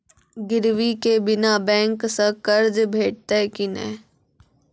गिरवी के बिना बैंक सऽ कर्ज भेटतै की नै?